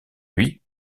lui